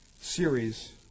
series